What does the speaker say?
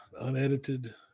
Unedited